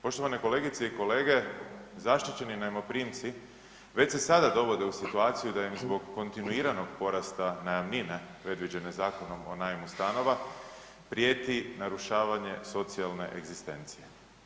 Poštovane kolegice i kolege, zaštićeni najmoprimci već se sada dovode u situaciju da im zbog kontinuiranog porasta najamnine predviđene Zakonom o najmu stanova, prijeti narušavanje socijalne egzistencije.